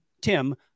Tim